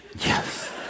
Yes